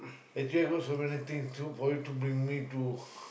actually I got so many thing to for you to bring me to